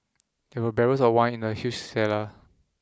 there were barrels of wine in the huge cellar